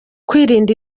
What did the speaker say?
kwirinda